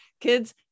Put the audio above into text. kids